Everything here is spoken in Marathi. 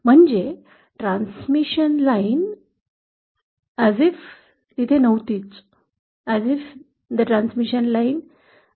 म्हणजे ट्रान्समिशन लाइन कधीच नाही असे